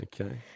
Okay